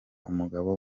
umugabo